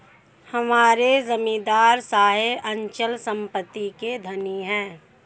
हमारे जमींदार साहब अचल संपत्ति के धनी हैं